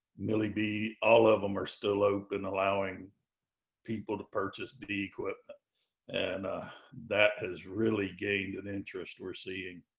millie bee, all of them are still open, allowing people to purchase bee equipment and that has really gained an interest we're seeing.